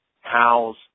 house